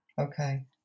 okay